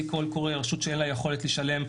קול קורא ולמנוע מרשות שאין לה יכולת לשלם,